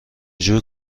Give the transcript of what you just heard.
جور